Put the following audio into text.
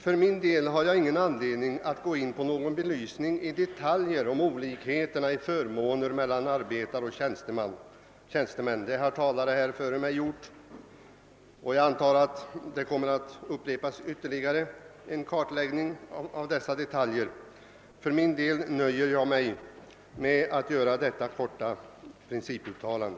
Jag har för min del ingen anledning att gå in på någon detaljbelysning av olikheterna i fråga om förmåner mellan arbetare och tjänstemän. Talare före mig har gjort detta, och jag antar att dessa detaljer kommer att ytterligare beröras. För min del nöjer jag mig med att göra detta korta principuttalande.